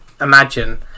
imagine